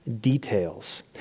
details